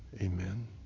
amen